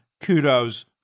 kudos